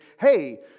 hey